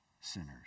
sinners